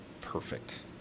perfect